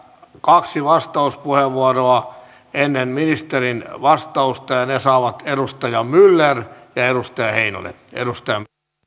kaksi vastauspuheenvuoroa ennen ministerin vastausta ja ne saavat edustaja myller ja ja edustaja heinonen